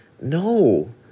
No